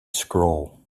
scroll